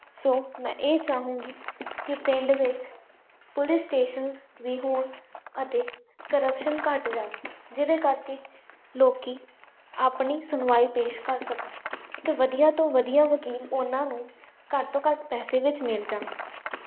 ਸੋ ਮੈਂ ਇਹ ਚਾਹੂੰਗੀ ਕਿ ਪਿੰਡ ਵਿੱਚ ਪੁਲਿਸ ਸਟੇਸ਼ਨਸ ਵੀ ਹੋਣ ਅਤੇ ਕਰਪਸ਼ਨ ਘੱਟ ਜਾਵੇ ਜਿਹਦੇ ਕਰਕੇ ਲੋਕ ਆਪਣੀ ਸੁਣਵਾਈ ਪੇਸ਼ ਕਰ ਸਕਣ ਅਤੇ ਵਧੀਆ ਤੋਂ ਵਧੀਆ ਵਕੀਲ ਉਹਨਾਂ ਨੂੰ ਘੱਟ ਤੋਂ ਘੱਟ ਪੈਸੇ ਵਿੱਚ ਮਿਲ ਜਾਣ